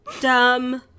dumb